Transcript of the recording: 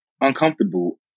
Uncomfortable